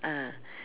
ah